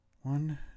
one